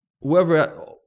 Whoever